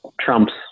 trumps